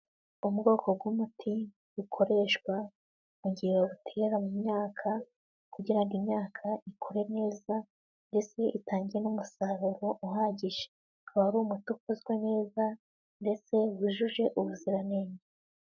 Ubwoko bw'umuti bukoreshwa mu gihe babutera mu myaka kugira ngo imyaka ikure neza ndetse itange n'umusaruro uhagije, ukaba umuti ukozwe neza mbe wujuje ubuziranenge.